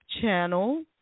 channel